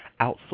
outsource